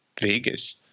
vegas